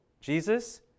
Jesus